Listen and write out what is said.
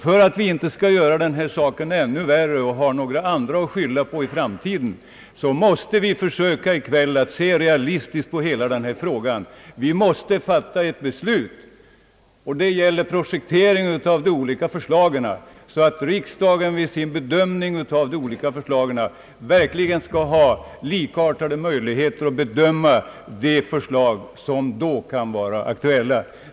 För att inte göra denna sak värre, och för att vi inte skall ha några andra att skylla på i framtiden, måste vi i kväll försöka se realistiskt på hela frågan. Vi måste fatta ett beslut om projekteringen av de olika alternativen så, att riksdagen vid sin bedöm ning av förslagen har möjlighet att avgöra vilket som då kan vara aktuellt.